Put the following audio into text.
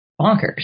bonkers